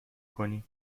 کنی